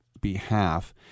behalf